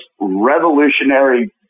revolutionary